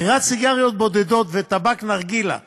מכירת סיגריות בודדות וטבק נרגילה בתפזורת,